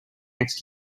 next